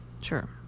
Sure